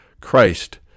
Christ